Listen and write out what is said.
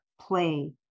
play